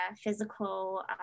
physical